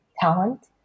talent